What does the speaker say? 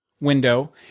window